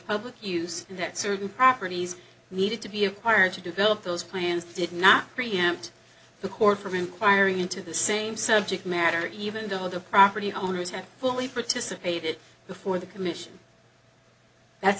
public use that certain properties needed to be acquired to develop those plans did not preempt the court from inquiring into the same subject matter even though the property owners have fully participated before the commission that's